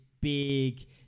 big